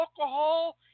alcohol